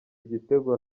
igitego